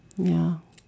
ya